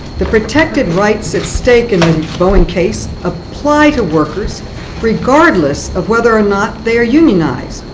the protected rights at stake in the boeing case apply to workers regardless of whether or not they are unionized,